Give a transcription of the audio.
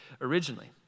originally